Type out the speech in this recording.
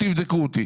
תבדקו אותי.